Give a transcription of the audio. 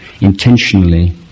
intentionally